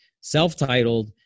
self-titled